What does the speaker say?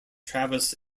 travis